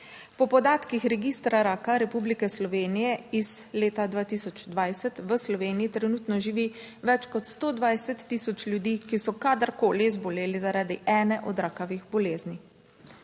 Po podatkih Registra raka Republike Slovenije iz leta 2020 v Sloveniji trenutno živi več kot 120000 ljudi, ki so kadarkoli zboleli, zaradi ene od rakavih bolezni.